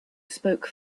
spoke